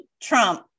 trump